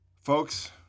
Folks